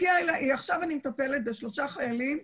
עכשיו אני מטפלת בשלושה חיילים,